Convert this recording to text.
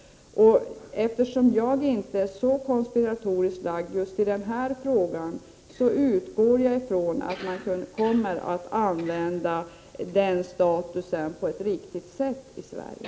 Eftersom jag inte är så konspiratoriskt lagd just i den här frågan, utgår jag från att man kommer att använda den statusen på ett riktigt sätt i Sverige.